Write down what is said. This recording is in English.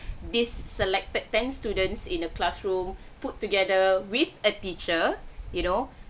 these selected ten students in a classroom put together with a teacher you know